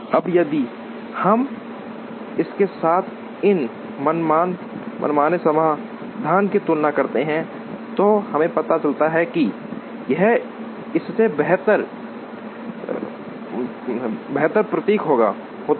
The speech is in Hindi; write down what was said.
अब यदि हम इसके साथ इस मनमाने समाधान की तुलना करते हैं तो हमें पता चलता है कि यह इससे बेहतर प्रतीत होता है